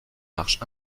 marches